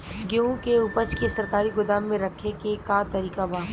गेहूँ के ऊपज के सरकारी गोदाम मे रखे के का तरीका बा?